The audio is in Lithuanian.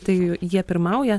tai jie pirmauja